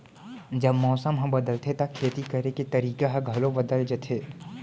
जब मौसम ह बदलथे त खेती करे के तरीका ह घलो बदल जथे?